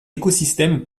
écosystème